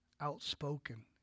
outspoken